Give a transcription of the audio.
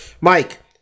Mike